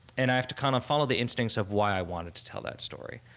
and i have to kind of follow the instincts of why i wanted to tell that story.